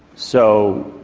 so,